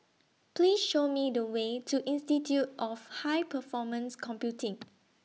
Please Show Me The Way to Institute of High Performance Computing